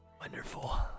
Wonderful